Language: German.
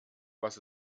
was